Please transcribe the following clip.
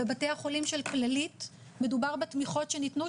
בבתי החולים של כללית מדובר בתמיכות שניתנו,